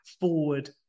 forward